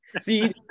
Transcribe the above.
See